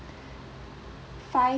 five